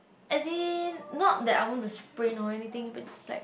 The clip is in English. as in not that I want to sprint or anything but just like